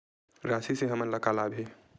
राशि से हमन ला का लाभ हे?